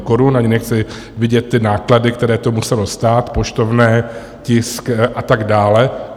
Ani nechci vidět ty náklady, které to muselo stát, poštovné, tisk a tak dále.